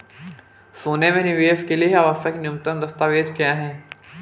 सोने में निवेश के लिए आवश्यक न्यूनतम दस्तावेज़ क्या हैं?